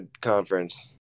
conference